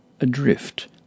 Adrift